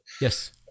Yes